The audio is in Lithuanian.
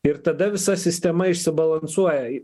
ir tada visa sistema išsibalansuoja